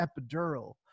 epidural